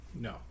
no